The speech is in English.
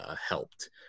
helped